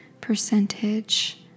percentage